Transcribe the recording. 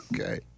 Okay